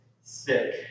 sick